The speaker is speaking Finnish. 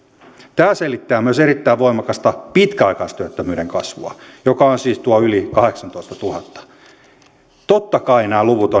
tämä selittää myös erittäin voimakasta pitkäaikaistyöttömyyden laskua joka on siis tuo yli kahdeksantoistatuhatta totta kai nämä luvut